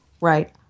Right